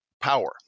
power